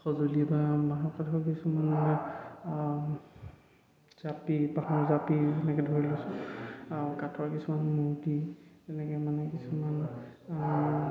সঁজুলি বা বাঁহৰ কাঠৰ কিছুমান মানে জাপি বাঁহৰ জাপি এনেকে ধৰি লৈছোঁ কাঠৰ কিছুমান মূৰ্তি তেনেকে মানে কিছুমান